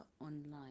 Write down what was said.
online